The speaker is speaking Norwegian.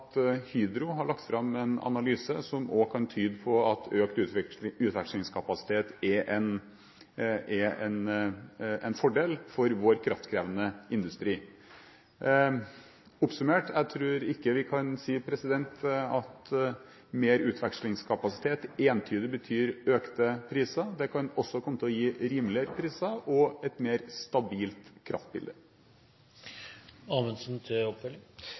Hydro har lagt fram en analyse som også kan tyde på at økt utvekslingskapasitet er en fordel for vår kraftkrevende industri. Oppsummert: Jeg tror ikke vi kan si at mer utvekslingskapasitet entydig betyr økte priser, det kan også komme til å gi rimeligere priser og et mer stabilt